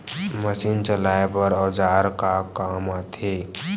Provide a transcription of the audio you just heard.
Machine चलाए बर औजार का काम आथे?